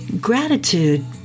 Gratitude